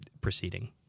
proceeding